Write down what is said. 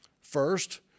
First